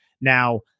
now